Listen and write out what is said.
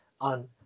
on